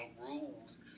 rules